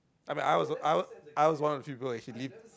I mean I was I was I was one of the few people actually